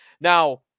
Now